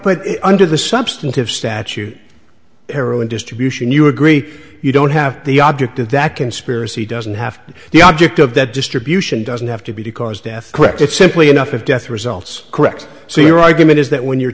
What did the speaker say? well under the substantive statute heroin distribution you agree you don't have the object of that conspiracy doesn't have to the object of that distribution doesn't have to be to cause death quick it's simply enough if death results correct so your argument is that when you're